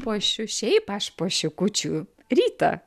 puošiu šiaip aš puošiu kūčių rytą